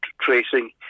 tracing